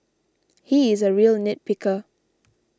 he is a real nit picker